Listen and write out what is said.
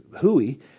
hooey